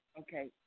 Okay